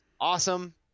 awesome